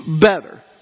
better